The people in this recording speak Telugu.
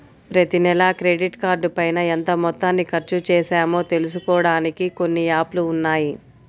ప్రతినెలా క్రెడిట్ కార్డుపైన ఎంత మొత్తాన్ని ఖర్చుచేశామో తెలుసుకోడానికి కొన్ని యాప్ లు ఉన్నాయి